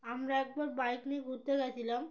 আমরা একবার বাইক নিয়ে ঘুরতে গিয়েছিলাম